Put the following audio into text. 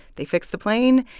they fixed the plane.